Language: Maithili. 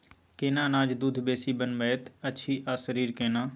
केना अनाज दूध बेसी बनबैत अछि आ शरीर केना?